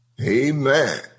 Amen